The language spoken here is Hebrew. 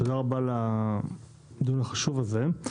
תודה רבה על הדיון החשוב הזה.